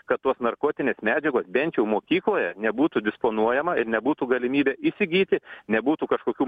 kad tos narkotinės medžiagos bent jau mokykloje nebūtų disponuojama ir nebūtų galimybė įsigyti nebūtų kažkokių